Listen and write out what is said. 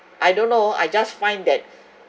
I don't know I just find that